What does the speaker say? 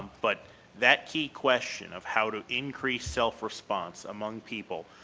but that key question of how to increase self response among people,